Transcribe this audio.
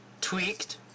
Tweaked